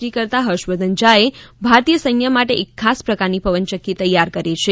D કરતાં હર્ષવર્ધન ઝાએ ભારતીય સૈન્ય માટે એક ખાસ પ્રકારની પવનચક્કી તૈયાર કરી છે